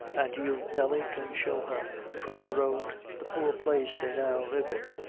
and you, nelly, can show her from the road the poor place they now live in,